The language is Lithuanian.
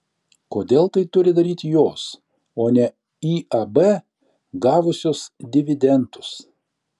kodėl tai turi daryti jos o ne iab gavusios dividendus